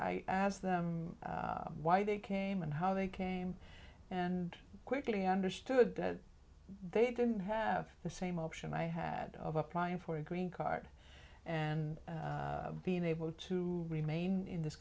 i asked them why they came and how they came and quickly understood that they didn't have the same option i had of applying for a green card and being able to remain in this